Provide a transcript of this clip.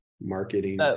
marketing